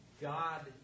God